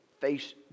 face